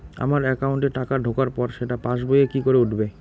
আমার একাউন্টে টাকা ঢোকার পর সেটা পাসবইয়ে কি করে উঠবে?